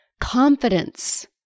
Confidence